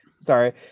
sorry